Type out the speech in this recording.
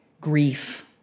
grief